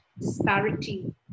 disparity